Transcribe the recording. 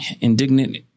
indignant